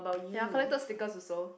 ya collected speaker also